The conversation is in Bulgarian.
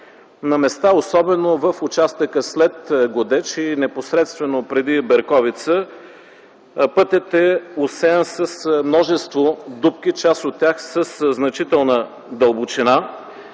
На места, особено в участъка след Годеч и непосредствено преди Берковица, пътят е осеян с множество дупки, част от тях със значителна дълбочина.